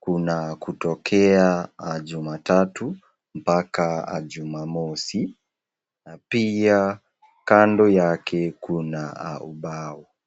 kuna kutokaea Jumatatu mpaka Jumamosi na pia kando yake kuna ubao.